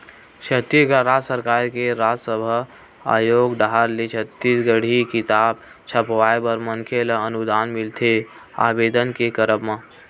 छत्तीसगढ़ राज सरकार के राजभासा आयोग डाहर ले छत्तीसगढ़ी किताब छपवाय बर मनखे ल अनुदान मिलथे आबेदन के करब म